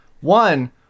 One